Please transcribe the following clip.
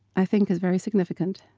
i think, is very significant